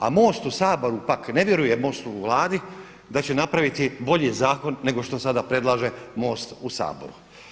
A MOST u Saboru pak ne vjeruje MOST-u u Vladi da će napraviti bolji zakon nego što sada predlaže MOST u Saboru.